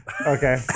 Okay